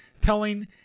telling